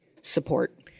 support